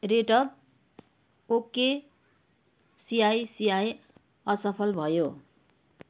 rate of okay ICICI असफल भयो